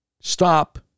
stop